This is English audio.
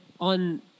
on